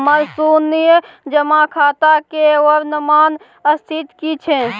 हमर शुन्य जमा खाता के वर्तमान स्थिति की छै?